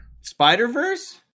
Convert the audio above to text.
Spider-Verse